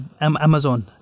Amazon